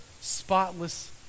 spotless